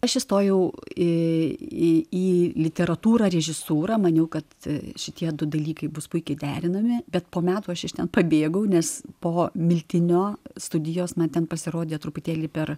aš įstojau į literatūrą režisūrą maniau kad šitie du dalykai bus puiki derinami bet po metų aš iš ten pabėgau nes po miltinio studijos man ten pasirodė truputėlį per